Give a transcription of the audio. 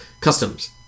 customs